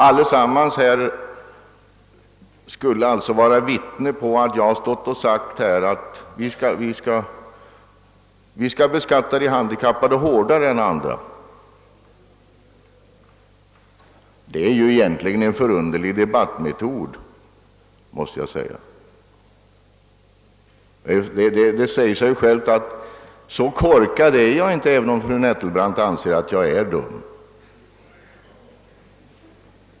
Allesammans här skulle alltså vara vittne på att jag har stått och sagt att vi skall beskatta de handikappade hårdare än andra! Det är en förunderlig debattmetod måste jag säga. Det säger sig väl självt att så korkad är jag inte, även om fru Nettelbrandt anser att jag är dum.